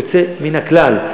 יוצא מן הכלל.